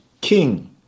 king